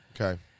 Okay